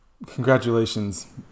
Congratulations